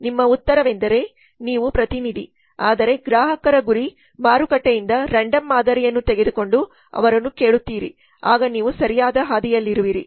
ನಿಮ್ಮ ಉತ್ತರವೆಂದರೆ ನೀವು ಪ್ರತಿನಿಧಿ ಆದರೆ ಗ್ರಾಹಕರ ಗುರಿ ಮಾರುಕಟ್ಟೆಯಿಂದ ರಾಂಡೋಮ್ ಮಾದರಿಯನ್ನು ತೆಗೆದುಕೊಂಡು ಅವರನ್ನು ಕೇಳುತ್ತೀರಿ ಆಗ ನೀವು ಸರಿಯಾದ ಹಾದಿಯಲ್ಲಿರುವಿರಿ